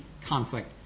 conflict